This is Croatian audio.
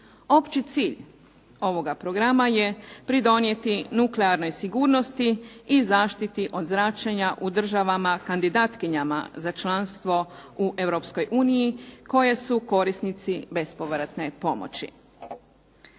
Opći cilj ovoga programa je pridonijeti nuklearnoj sigurnosti i zaštiti od zračenja u državama kandidatkinjama za članstvo u Europskoj uniji, koje su korisnici bespovratne pomoći.